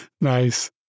Nice